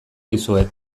dizuet